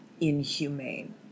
inhumane